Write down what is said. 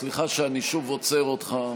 סליחה שאני שוב עוצר אותך,